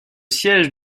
siège